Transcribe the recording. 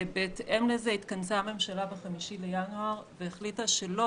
בהתאם לזה התכנסה הממשלה ב-5 בינואר והחליטה שלא